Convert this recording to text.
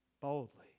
boldly